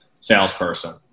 salesperson